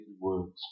words